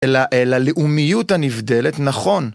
אלא אל הלאומיות הנבדלת נכון